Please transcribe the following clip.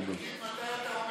תגיד מתי אתה אומר